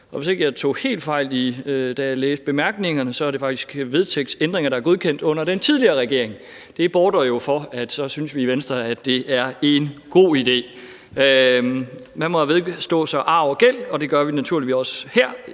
hvis ikke jeg tog helt fejl, da jeg læste bemærkningerne, så er det faktisk vedtægtsændringer, der er godkendt under den tidligere regering. Det betyder jo, at vi i Venstre synes, det er en god idé. Man må vedstå sig arv og gæld, og det gør vi naturligvis også her.